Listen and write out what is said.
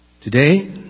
today